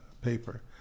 paper